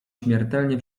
śmiertelnie